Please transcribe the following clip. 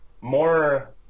more